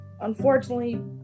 unfortunately